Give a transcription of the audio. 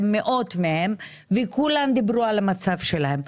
עם מאות מהן וכולן דיברו על המצב שלהן.